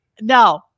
No